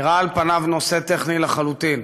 זה נראה על פניו נושא טכני לחלוטין,